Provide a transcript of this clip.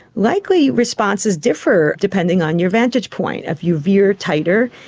likely responses differ depending on your vantage point. if you veer tighter,